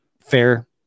fair